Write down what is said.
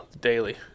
Daily